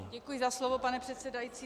Děkuji za slovo, pane předsedající.